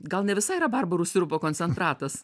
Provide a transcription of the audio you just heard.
gal ne visai rabarbarų sirupo koncentratas